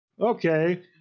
okay